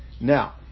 Now